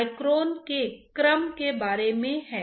तीनों एक साथ घटित हो रहे हैं